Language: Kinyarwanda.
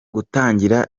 gutangira